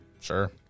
Sure